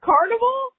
Carnival